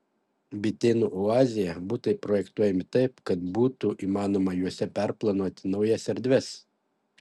bitėnų oazėje butai projektuojami taip kad būtų įmanoma juose perplanuoti naujas erdves